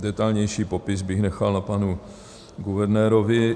Detailnější popis bych nechal na panu guvernérovi.